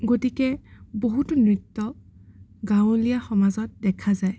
গতিকে বহুতো নৃত্য গাঁৱলীয়া সমাজত দেখা যায়